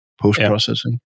post-processing